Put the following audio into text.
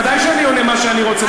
בוודאי שאני עונה מה שאני רוצה.